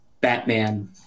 Batman